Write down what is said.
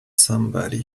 somebody